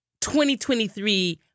2023